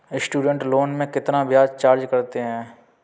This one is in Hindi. स्टूडेंट लोन में कितना ब्याज चार्ज करते हैं?